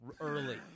early